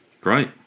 great